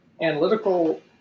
analytical